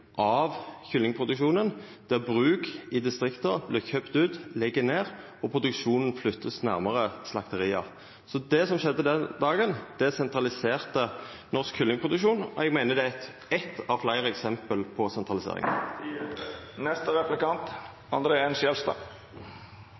av kyllingproduksjonen, der bruk i distrikta vert kjøpte ut eller lagde ned. Produksjonen vert flytta nærmare slakteria. Det som skjedde den dagen, sentraliserte norsk kyllingproduksjon. Eg meiner det er eitt av fleire eksempel på sentralisering.